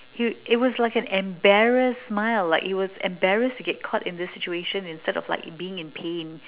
he it was like an embarrassed smile like he was embarrassed to get caught in this situation instead of like being in pain